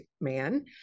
man